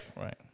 right